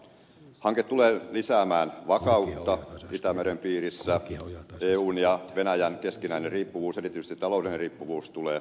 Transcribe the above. hanke tulee lisäämään vakautta itämeren piirissä eun ja venäjän keskinäinen riippuvuus erityisesti taloudellinen riippuvuus tulee lisääntymään